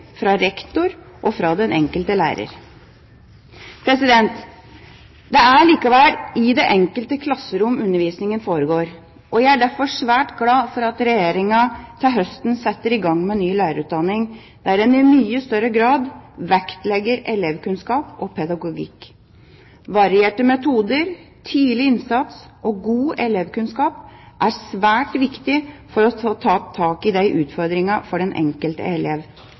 fra rektor og fra den enkelte lærer. Det er likevel i det enkelte klasserom undervisningen foregår, og jeg er derfor svært glad for at Regjeringa til høsten setter i gang med ny lærerutdanning der en i mye større grad vektlegger elevkunnskap og pedagogikk. Varierte metoder, tidlig innsats og god elevkunnskap er svært viktig for å ta tak i utfordringene for den enkelte elev